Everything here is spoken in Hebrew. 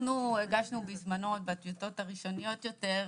הגשנו בזמנו, בטיוטות הראשוניות יותר.